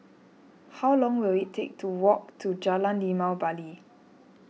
how long will it take to walk to Jalan Limau Bali